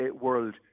world